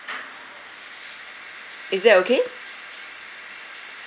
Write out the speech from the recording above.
is that okay